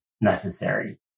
necessary